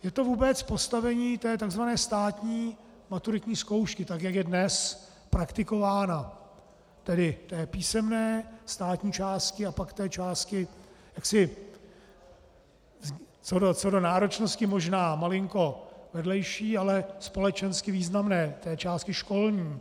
Je to vůbec postavení té tzv. státní maturitní zkoušky, tak jak je dnes praktikována, tedy té písemné, státní části, a pak té části jaksi co do náročnosti možná malinko vedlejší, ale společensky významné, té části školní.